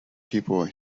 people